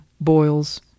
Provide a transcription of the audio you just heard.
boils